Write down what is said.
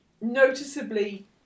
noticeably